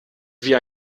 wie